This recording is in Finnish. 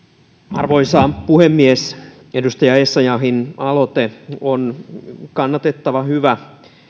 arvoisa puhemies edustaja essayahin aloite on kannatettava hyvä